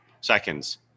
seconds